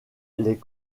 les